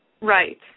Right